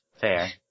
fair